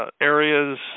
areas